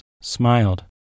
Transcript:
smiled